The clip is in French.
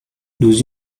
nous